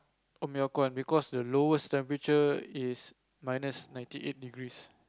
because the lowest temperature is minus ninety eight degrees